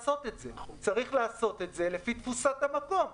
צריך לעשות את זה לפי תפוסת המקום.